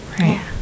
Right